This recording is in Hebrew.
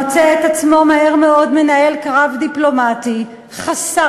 מוצא את עצמו מהר מאוד מנהל קרב דיפלומטי חסר